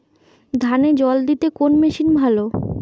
ধানে জল দিতে কোন মেশিন ভালো?